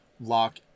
lock